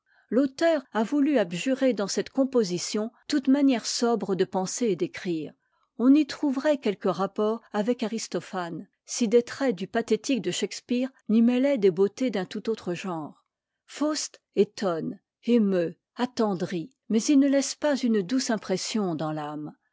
l'auteur a voulu abjurer dans cette composition toute manière sobre de penser et d'écrire on y trouverait que ques rapports avec aristophane si des traits du pathétique de shakspeare n'y mêlaient des beautés d'un tout autre genre faust étonne émeut attendrit mais il ne laisse pas une douce impression dans l'âme